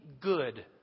good